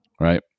Right